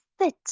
sit